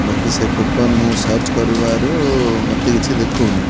ବାକି ସେ କୁପନ୍ ମୁଁ ସର୍ଚ୍ଚ କରିବାରୁ ମତେ କିଛି ଦେଖାଉନି